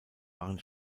waren